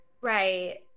Right